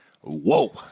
whoa